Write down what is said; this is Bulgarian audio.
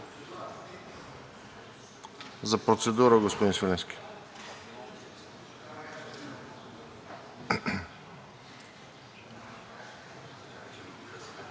За процедура – господин Свиленски.